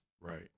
Right